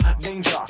danger